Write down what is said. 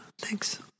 Thanks